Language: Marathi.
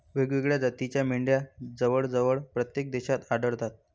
वेगवेगळ्या जातीच्या मेंढ्या जवळजवळ प्रत्येक देशात आढळतात